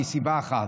מסיבה אחת: